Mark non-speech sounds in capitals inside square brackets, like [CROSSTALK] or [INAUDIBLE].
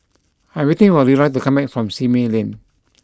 I'm waiting for Leroy to come back from Simei Lane [NOISE]